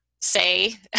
say